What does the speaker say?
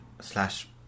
Slash